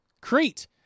Crete